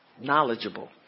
Knowledgeable